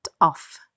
off